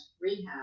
rehab